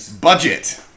budget